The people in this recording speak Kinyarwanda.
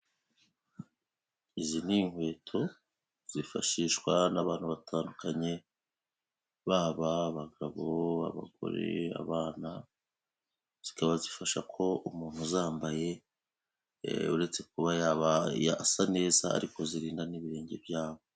Izi ni inkweto zifashishwa n'abantu batandukanye, baba bagabo, b'abagore, abana, zikaba zifasha ko umuntu zambaye uretse kuba yaba asa neza, ariko zirinda n'ibirenge byabo.